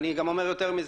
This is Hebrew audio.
אני גם אומר יותר מזה,